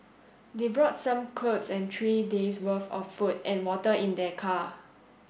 they brought some clothes and three days' worth of food and water in their car